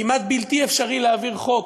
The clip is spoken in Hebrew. כמעט בלתי אפשרי להעביר חוק